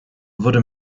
wurde